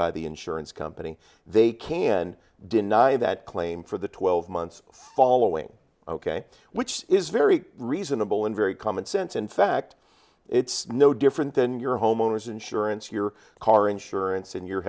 by the insurance company they can deny that claim for the twelve months following ok which is very reasonable and very common sense in fact it's no different than your homeowner's insurance your car insurance and your